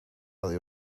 oddi